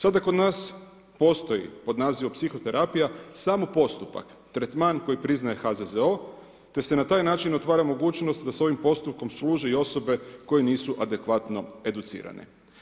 Sada kod nas postoji pod nazivom psihoterapija samo postupak, tretman koji priznaje HZZO, te se na taj način otvara mogućnost, da se ovim postupkom služi i osobe koje nisu adekvatno educirane.